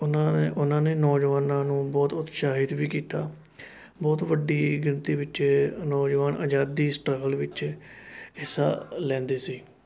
ਉਹਨਾਂ ਨੇ ਉਹਨਾਂ ਨੇ ਨੌਜਵਾਨਾਂ ਨੂੰ ਬਹੁਤ ਉਤਸ਼ਾਹਿਤ ਵੀ ਕੀਤਾ ਬਹੁਤ ਵੱਡੀ ਗਿਣਤੀ ਵਿੱਚ ਨੌਜਵਾਨ ਆਜ਼ਾਦੀ ਸਟ੍ਰੱਗਲ ਵਿੱਚ ਹਿੱਸਾ ਲੈਂਦੇ ਸੀ